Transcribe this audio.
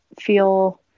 feel